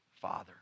father